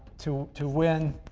to to win